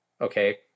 Okay